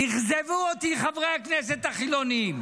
אכזבו אותי חברי הכנסת החילונים.